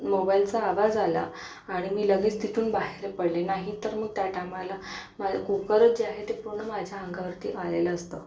मोबाइलचा आवाज आला आणि मी लगेच तिथून बाहेर पडले नाहीतर मग त्या टायमाला माझं कुक्कर जे आहे ते पूर्ण माझ्या अंगावरती आलेलं असतं